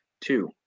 Two